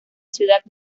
ciudad